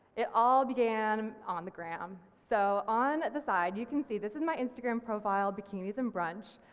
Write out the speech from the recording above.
it all began on the ground. so on the side, you can see this is my instagram profile, bikinis and brunch.